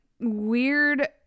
Weird